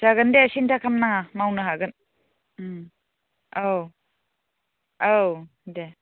जागोन दे सिनथा खालाम नाङा मावनो हागोन औ औ दे